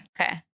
Okay